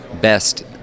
best